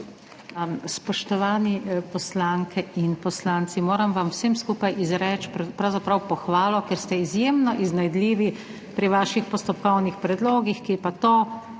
Spoštovane poslanke in poslanci! Vsem skupaj vam moram izreči pravzaprav pohvalo, ker ste izjemno iznajdljivi pri vaših postopkovnih predlogih, ki pa to